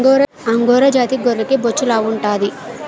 angora జాతి గొర్రెకి బొచ్చు లావుంటాది